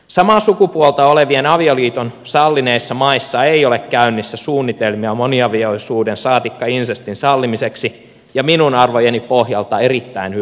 samaa sukupuolta olevien avioliiton sallineissa maissa ei ole käynnissä suunnitelmia moniavioisuuden saatikka insestin sallimiseksi ja minun arvojeni pohjalta on erittäin hyvä niin